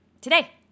today